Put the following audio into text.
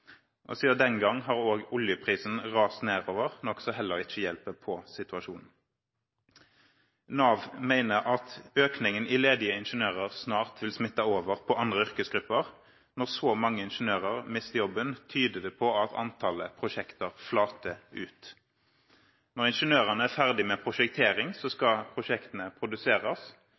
den gangen har oljeprisen rast nedover, noe som heller ikke hjelper på situasjonen. Nav mener at økningen i ledige ingeniører snart vil smitte over på andre yrkesgrupper. Når så mange ingeniører mister jobben, tyder det på at antallet prosjekter flater ut. Når ingeniørene er ferdige med prosjektering, skal prosjektene produseres,